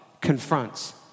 confronts